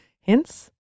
hints